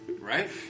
Right